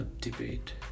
debate